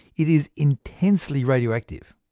it is intensely radioactive,